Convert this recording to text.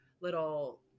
little